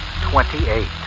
twenty-eight